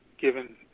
given